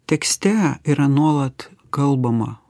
tekste yra nuolat kalbama